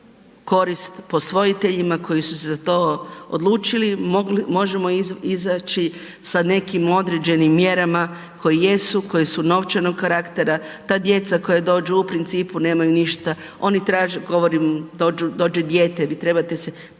korist posvojiteljima koji su za to odlučili, možemo izaći sa nekim određenim mjerama koje jesu, koje su novčanog karaktera, ta djeca koja dođu, u principu nemaju ništa, oni traže, govorim, dođe dijete, vi trebate se pobrinuti